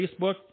Facebook